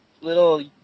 little